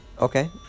Okay